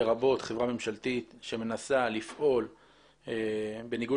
לרבות חברה ממשלתית שמנסה לפעול בניגוד